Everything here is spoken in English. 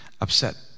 upset